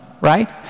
right